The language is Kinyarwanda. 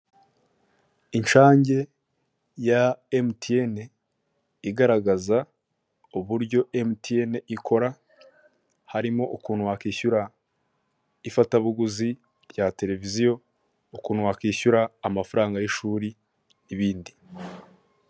Inshange ya emutiyene igaragaza uburyo emutiyene ikora, harimo ukuntu wakwishyura ifatabuguzi rya televiziyo, ukuntu wakwishyura amafaranga y'ishuri n'ibindi.